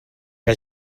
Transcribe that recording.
que